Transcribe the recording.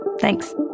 Thanks